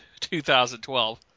2012